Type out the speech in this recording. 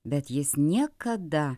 bet jis niekada